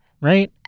right